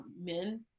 men